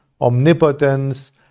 omnipotence